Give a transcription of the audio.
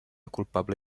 culpable